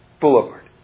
Boulevard